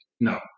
No